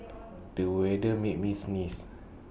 the weather made me sneeze